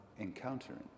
encountering